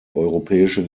europäische